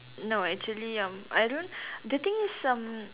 no actually um I don't the thing is um